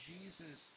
Jesus